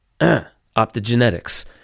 Optogenetics